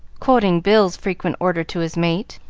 quoting bill's frequent order to his mate,